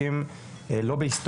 עוסק בהגות ציונית,